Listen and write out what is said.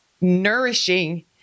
nourishing